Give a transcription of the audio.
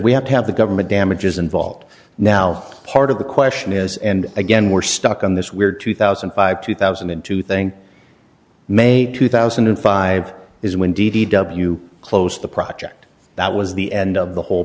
we have to have the government damages involved now part of the question is and again we're stuck on this weird twenty million fifty two thousand and two thing may two thousand and five is when d d w closed the project that was the end of the whole